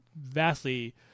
vastly